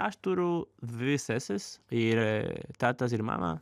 aš turiu dvi seses ir tetos ir mamą